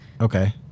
Okay